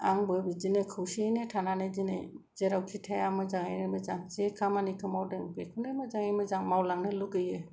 आंबो बिदिनो खौसेयैनो थानानै दिनै जेरावखि थाया मोजाङैनो मोजां जे खामानिखौ मावदों बेखौनो मोजाङैनो मोजां मावलांनो लुगैयो